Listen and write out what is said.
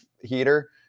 heater